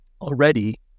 Already